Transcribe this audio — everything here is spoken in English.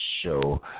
show